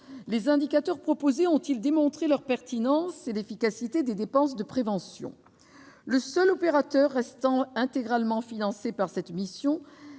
Les indicateurs proposés ont-ils démontré leur pertinence et l'efficacité des dépenses de prévention ? Le seul opérateur restant intégralement financé par cette mission